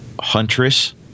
Huntress